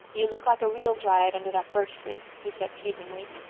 you look like a real dryad under that birch tree, he said teasingly.